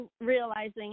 realizing